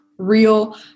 real